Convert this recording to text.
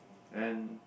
and